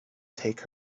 take